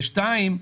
ושתיים,